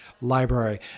library